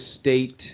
state